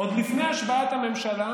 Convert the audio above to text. עוד לפני השבעת הממשלה,